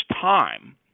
time